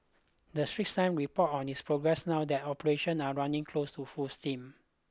The Straits Time report on its progress now their operation are running close to full steam